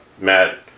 Matt